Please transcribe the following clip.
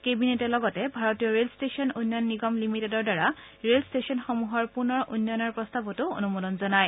কেবিনেটে লগতে ভাৰতীয় ৰেল ষ্টেচন উন্নয়ন নিগম লিমিডেটৰ দ্বাৰা ৰেল ট্টেচনসমূহৰ পুনৰ উন্নয়নৰ প্ৰস্তাৱতো অনুমোদন জনায়